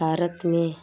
भारत में